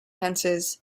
tenses